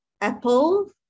apple